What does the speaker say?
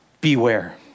beware